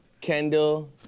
Kendall